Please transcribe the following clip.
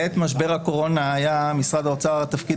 בעת משבר הקורונה היה למשרד האוצר תפקיד